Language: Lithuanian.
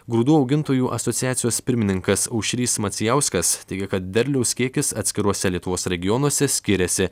grūdų augintojų asociacijos pirmininkas aušrys macijauskas teigia kad derliaus kiekis atskiruose lietuvos regionuose skiriasi